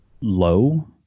low